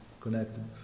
connected